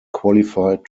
qualified